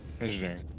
Engineering